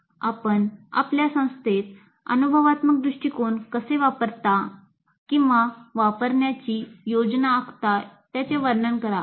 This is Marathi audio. अभ्यास आपण आपल्या संस्थेत अनुभवात्मक दृष्टिकोन कसे वापरता किंवा वापरण्याची योजना आखता त्याचे वर्णन करा